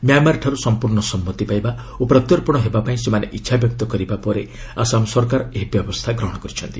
ମ୍ୟାମାର୍ଠାରୁ ସମ୍ପର୍ଷ୍ଣ ସମ୍ମତି ପାଇବା ଓ ପ୍ରତ୍ୟର୍ପଣ ହେବା ପାଇଁ ସେମାନେ ଇଚ୍ଛାବ୍ୟକ୍ତ କରିବା ପରେ ଆସାମ ସରକାର ଏହି ବ୍ୟବସ୍ଥା ଗ୍ରହଣ କରିଛନ୍ତି